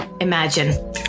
imagine